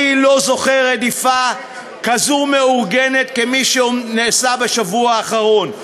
אני לא זוכר רדיפה כזאת מאורגנת כפי שנעשתה בשבוע האחרון.